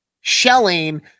shelling